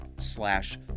slash